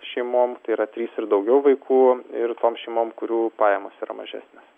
šeimom tai yra trys ir daugiau vaikų ir tom šeimom kurių pajamos yra mažesnės